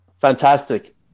Fantastic